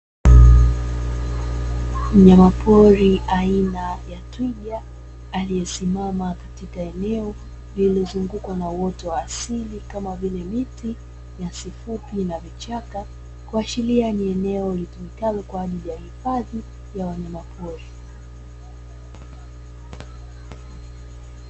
Mnyamapori aina ya twiga aliyesimama katika eneo lililozungukwa na uoto wa asili kama vile; miti, nyasi fupi na vichaka, kuashiria ni eneo linalotumika kwa ajili ya hifadhi ya wanyamapori.